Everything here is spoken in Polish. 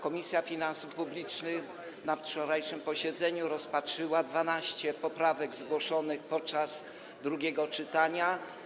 Komisja Finansów Publicznych na wczorajszym posiedzeniu rozpatrzyła 12 poprawek zgłoszonych podczas drugiego czytania.